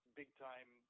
big-time